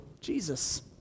Jesus